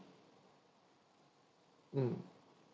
mm